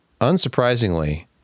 unsurprisingly